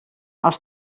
als